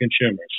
consumers